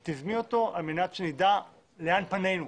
על מנת שנדע לאן פנינו,